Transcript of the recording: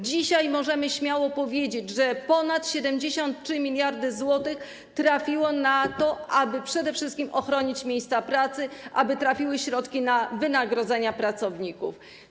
Dzisiaj możemy śmiało powiedzieć, że ponad 73 mld zł trafiło na to, aby przede wszystkim ochronić miejsca pracy, aby trafiły środki na wynagrodzenia pracowników.